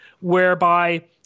whereby